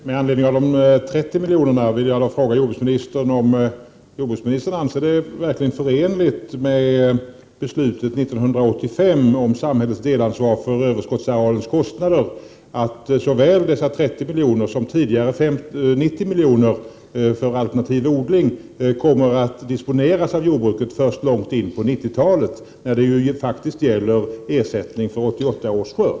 Fru talman! Jag vill fråga jordbruksministern om han verkligen anser det förenligt med beslutet 1985 om samhällets delansvar för överskottsarealens kostnader att såväl dessa 30 miljoner som de tidigare 90 miljonerna för alternativ odling kommer att disponeras av jordbruket först långt in på 1990-talet, när det ju faktiskt gäller ersättning för 1988 års skörd.